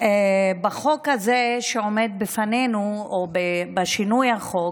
בחוק הזה שעומד בפנינו, או בשינוי החוק,